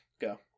Go